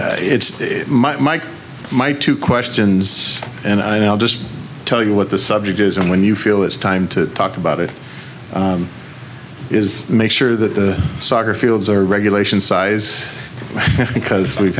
that it's my mike my two questions and i'll just tell you what the subject is and when you feel it's time to talk about it is make sure that the soccer fields are regulation size because we've